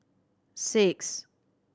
six